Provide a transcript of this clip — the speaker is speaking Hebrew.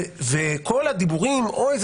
וכל הדיבורים של אוי,